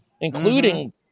including